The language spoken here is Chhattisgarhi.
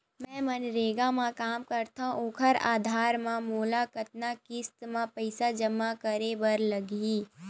मैं मनरेगा म काम करथव, ओखर आधार म मोला कतना किस्त म पईसा जमा करे बर लगही?